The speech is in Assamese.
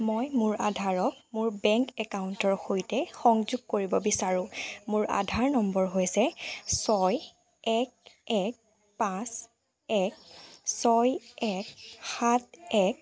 মই মোৰ আধাৰক মোৰ বেংক একাউণ্টৰ সৈতে সংযোগ কৰিব বিচাৰো মোৰ আধাৰ নম্বৰ হৈছে ছয় এক এক পাঁচ এক ছয় এক সাত এক